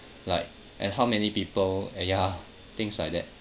like and how many people uh ya things like that